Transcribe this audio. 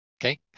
Okay